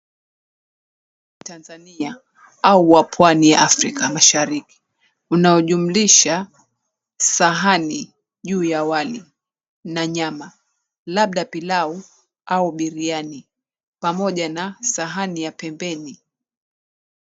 ...Tanzania au wa pwani, Africa Mashariki, unaojumulisha sahani juu ya wali na nyama labda pilau au biriani, pamoja na sahani ya pembeni.